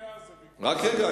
רק רגע,